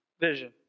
vision